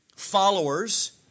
followers